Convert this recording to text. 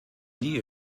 dir